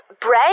bread